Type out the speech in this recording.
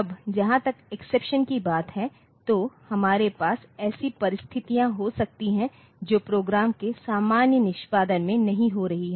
अब जहां तक एक्सेप्शन की बात है तो हमारे पास ऐसी परिस्थितियां हो सकती हैं जो प्रोग्राम के सामान्य निष्पादन में नहीं हो रही हैं